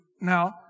Now